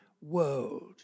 world